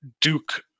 Duke